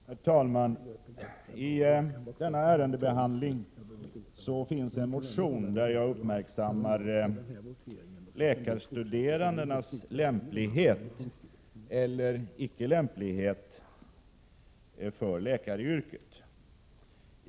Herr talman! I denna ärendebehandling ingår en motion där jag uppmärksammar de läkarstuderandes lämplighet eller olämplighet för läkaryrket.